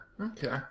okay